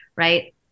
Right